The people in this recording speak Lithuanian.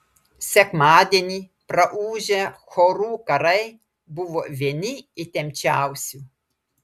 sekmadienį praūžę chorų karai buvo vieni įtempčiausių